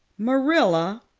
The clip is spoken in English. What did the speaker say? marilla,